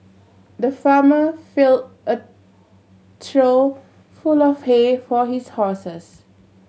the farmer filled a trough full of hay for his horses